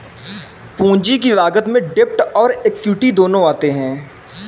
पूंजी की लागत में डेब्ट और एक्विट दोनों आते हैं